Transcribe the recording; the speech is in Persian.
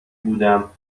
بودم